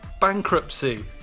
Bankruptcy